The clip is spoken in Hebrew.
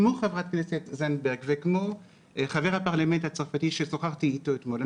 כמו חברת הכנסת זנדברג וכמו חבר הפרלמנט הצרפתי ששוחחתי איתו אתמול,